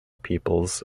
peoples